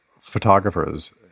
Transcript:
photographers